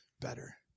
better